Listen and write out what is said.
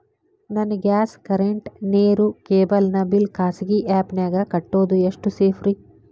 ನನ್ನ gas current, ನೇರು, cable ನ ಬಿಲ್ ಖಾಸಗಿ ಆ್ಯಪ್ ನ್ಯಾಗ್ ಕಟ್ಟೋದು ಎಷ್ಟು ಸೇಫ್ರಿ?